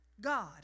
God